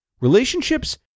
Relationships